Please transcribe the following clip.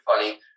Funny